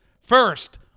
First